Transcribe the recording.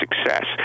success